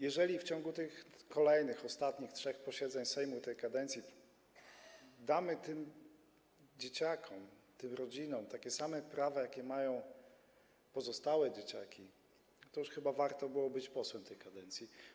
Jeżeli w ciągu tych kolejnych, ostatnich trzech posiedzeń Sejmu tej kadencji damy tym dzieciakom, tym rodzinom takie same prawa, jakie mają pozostałe dzieciaki, to chyba warto było być posłem tej kadencji.